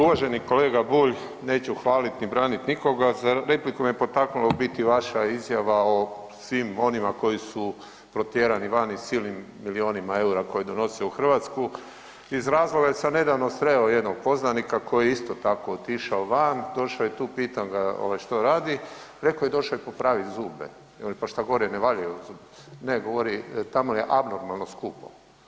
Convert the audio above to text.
Uvaženi kolega Bulj, neću hvalit ni branit nikoga, za repliku me potaknula u biti vaša izjava o svim onima koji su protjerani van i silnim milijunima EUR-a koje donose u Hrvatsku iz razloga jer sam nedavno sreo jednog poznanika koji je isto tako otišao van, došao je tu, pitam ga ovaj što radi, reko je došao je popravit zube, jel pa šta gore ne valjaju zubari, ne govori tamo je abnormalno skupo.